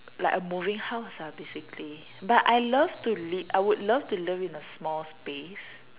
like a moving house ah basically but I love to live I would love to live in a small space